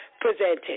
presented